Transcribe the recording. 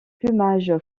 plumage